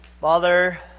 Father